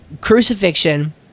crucifixion